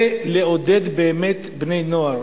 ולעודד באמת בני-נוער